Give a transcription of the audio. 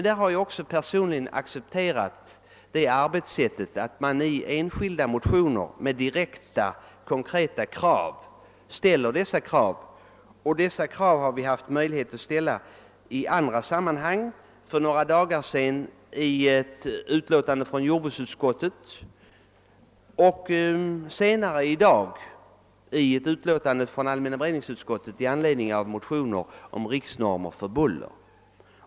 Jag har dock accepterat det arbetssättet att man i enskilda motioner ställer direkta, konkreta krav. Vi har möjlighet att ställa sådana i andra sammanhang, bland annat i eit utlåtande från jordbruksutskottet, och senare i dag i ett utlåtande från allmänna beredningsutskottet i anledning av motioner om riksnormer för buller.